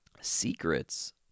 secrets